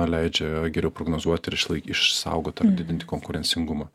leidžia geriau prognozuoti ir išlaik išsaugot ar didinti konkurencingumą